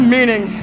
Meaning